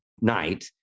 night